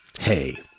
Hey